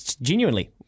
genuinely